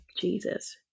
Jesus